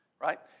Right